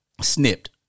snipped